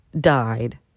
died